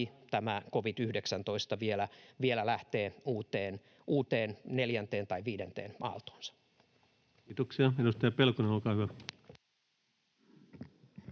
tämä covid-19 vielä lähtee uuteen, neljänteen tai viidenteen, aaltoonsa. Kiitoksia. — Edustaja Pelkonen, olkaa hyvä.